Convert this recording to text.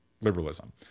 liberalism